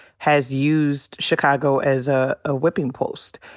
has used chicago as ah a whipping post.